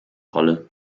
rolle